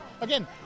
again